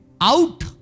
Out